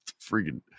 Freaking